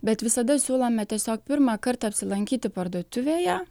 bet visada siūlome tiesiog pirmą kartą apsilankyti parduotuvėje